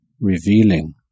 revealing